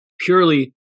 purely